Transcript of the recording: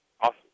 Awesome